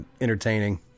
entertaining